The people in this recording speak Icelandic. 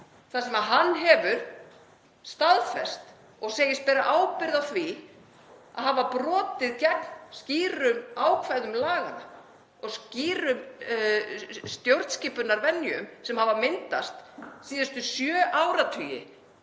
þar sem hann hefur staðfest og segist bera ábyrgð á því að hafa brotið gegn skýrum ákvæðum laganna og skýrum stjórnskipunarvenjum sem hafa myndast síðustu sjö áratugi